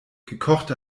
gekochte